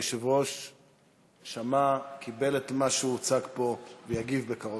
היושב-ראש שמע, קיבל את מה שהוצג פה ויגיב בקרוב.